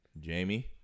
Jamie